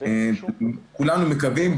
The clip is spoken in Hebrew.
כולנו מקווים.